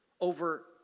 over